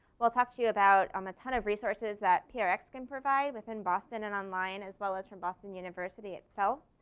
well talk to you about um a ton of resources that prx can provide within boston and online as well as from boston university itself.